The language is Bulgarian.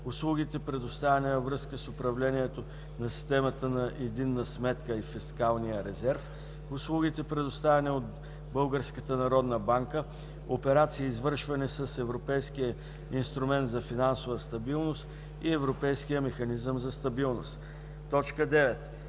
услугите, предоставяни във връзка с управлението на системата на единна сметка и фискалния резерв, услугите, предоставяни от Българската народна банка, операции, извършвани с Европейския инструмент за финансова стабилност и Европейския механизъм за стабилност; 9.